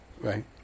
right